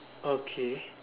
okay